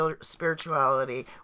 spirituality